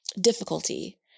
difficulty